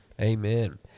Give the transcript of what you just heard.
Amen